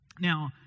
Now